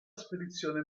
spedizione